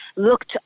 looked